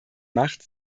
macht